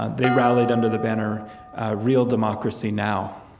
they rallied under the banner real democracy now.